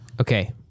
Okay